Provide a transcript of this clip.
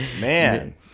man